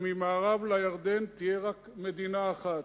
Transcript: שממערב לירדן תהיה רק מדינה אחת?